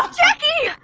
jacki!